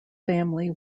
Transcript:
family